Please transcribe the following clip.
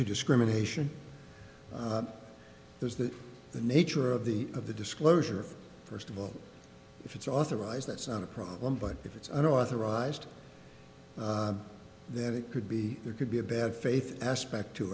to discrimination is that the nature of the of the disclosure of first of all if it's authorized that's not a problem but if it's an authorized that it could be there could be a bad faith aspect to